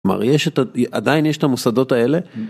...מר יש את ה... י- עדיין יש את המוסדות האלה. המ...